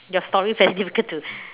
your story very difficult to